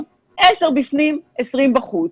לעשות,